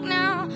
now